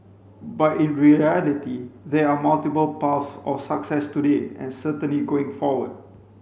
but in reality there are multiple paths of success today and certainly going forward